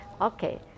Okay